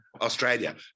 Australia